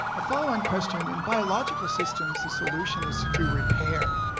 a following question, in biological systems, the solution is to do repair.